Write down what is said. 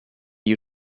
you